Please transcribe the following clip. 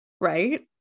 right